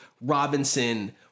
Robinson